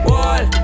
Wall